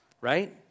Right